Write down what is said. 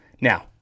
Now